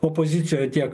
opozicijoj tiek